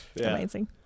Amazing